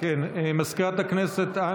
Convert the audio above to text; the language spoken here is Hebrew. מזכירת הכנסת,